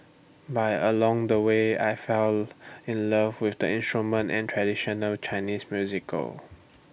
by along the way I fell in love with the instrument and traditional Chinese musical